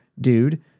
dude